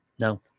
No